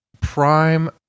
Prime